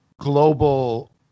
global